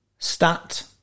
Stat